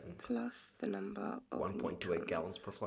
plus the number of neutrons.